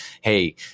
hey